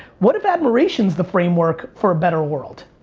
what if admiration is the framework for a better world?